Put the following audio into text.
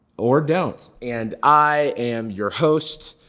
or don't. and i am your host,